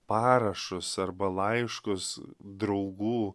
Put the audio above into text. parašus arba laiškus draugų